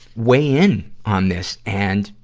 weigh in on this, and,